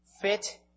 fit